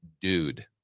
dude